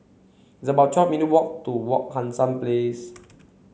it's about twelve minutes' walk to Wak Hassan Place